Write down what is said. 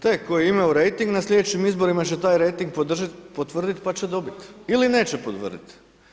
Taj koji je imao rejting na sljedećim izborima će taj rejting potvrditi pa će dobiti ili neće potvrditi.